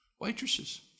waitresses